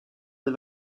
des